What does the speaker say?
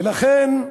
לכן,